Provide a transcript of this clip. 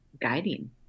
guiding